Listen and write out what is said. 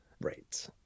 Right